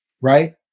right